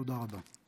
תודה רבה.